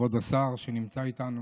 כבוד השר שנמצא איתנו,